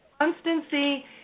constancy